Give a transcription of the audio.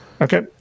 Okay